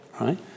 right